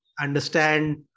understand